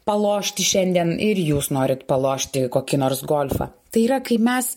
palošti šiandien ir jūs norit palošti kokį nors golfą tai yra kai mes